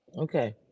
Okay